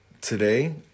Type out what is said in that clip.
today